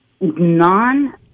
non